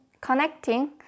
connecting